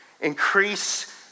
Increase